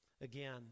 Again